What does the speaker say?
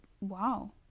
Wow